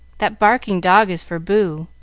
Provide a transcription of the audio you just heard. that barking dog is for boo,